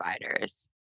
providers